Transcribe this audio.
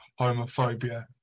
homophobia